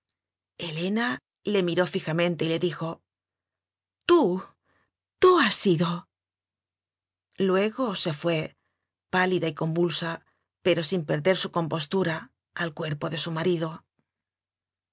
helena le miró fijamente y le dijo tú tú has sido luego se fué pálida y convulsa pero sin perder su compostura al cuerpo de su